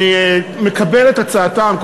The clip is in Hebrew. אני מקבל את הצעתם,